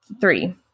Three